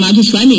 Madhuswamy